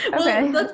okay